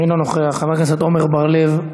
אינו נוכח, חבר הכנסת עמר בר-לב,